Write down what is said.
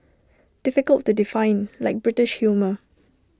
difficult to define like British humour